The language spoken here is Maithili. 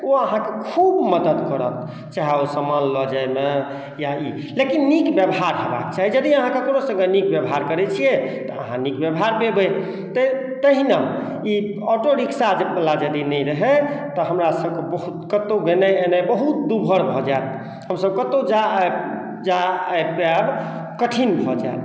ओ अहाँके खूब मदद करत चाहे ओ समान लऽ जाइमे या लेकिन नीक बेबहार हेबाके चाही यदि अहाँ ककरो सङ्गे नीक बेबहार करै छिए तऽ अहाँ नीक बेबहार पेबै तहिना ई ऑटो रिक्शावला यदि नहि रहै तऽ हमरा सबके बहुत कतहु गेनाइ एनाइ बहुत दूभर भऽ जाएत हमसब कतहु जा आ पाएब कठिन भऽ जाएत